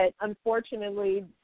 unfortunately